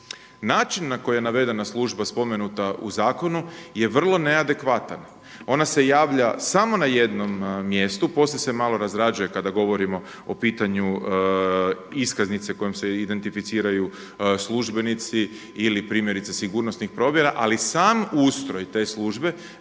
način na koji je navedena služba spomenuta u zakonu je vrlo neadekvatan. Ona se javlja samo na jednom mjestu. Poslije se malo razrađuje kada govorimo o pitanju iskaznice kojom se identificiraju službenici ili primjerice sigurnosnih provjera, ali sam ustroj te službe